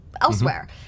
elsewhere